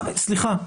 סליחה,